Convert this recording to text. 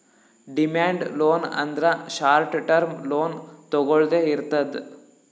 demand loan ಅಂದ್ರ short term loan ತೊಗೊಳ್ದೆ ಇರ್ತದ್